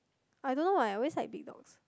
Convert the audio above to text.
I don't know why I always like big dogs